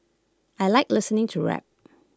I Like listening to rap